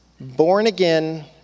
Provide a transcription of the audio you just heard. born-again